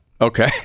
Okay